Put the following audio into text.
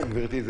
גברתי,